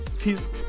peace